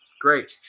Great